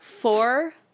Four